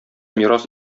мирас